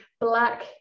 black